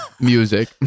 Music